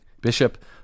Bishop